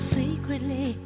secretly